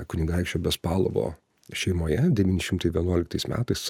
kunigaikščio bespalovo šeimoje devyni šimtai vienuoliktais metais